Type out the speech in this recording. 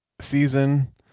season